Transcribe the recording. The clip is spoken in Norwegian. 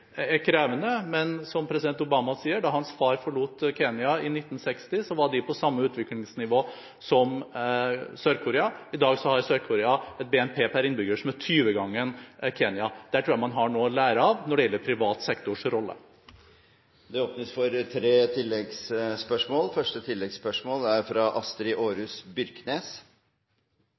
krevende, men som president Obama sier: Da hans far forlot Kenya i 1960, var de på samme utviklingsnivå som Sør-Korea. I dag har Sør-Korea et BNP per innbygger som er 20 ganger så stort som i Kenya. Det tror jeg man har noe å lære av når det gjelder privat sektors rolle. Det åpnes for tre